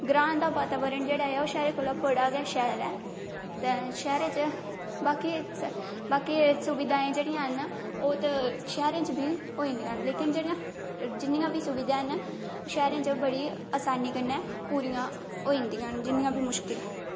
ग्रांऽ दा वाकतावरण जेह्ड़ा ओह् शैह्र कोला बड़ा गै शैल ऐ ते शैह्रें च बाकी सुविधायें जेह्ड़ियां न ओह् ते शैह्रें च बी होई जंदियां न पर जेह्ड़ियां जिन्नियां बी सुविधायें न ओह् शैह्रें च बड़ी आसानी कन्नै पूरियां होई जंदियां जिन्नियां बी मुश्कल